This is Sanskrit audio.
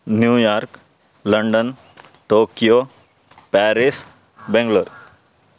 New York London Tokyo Paris Bengaluru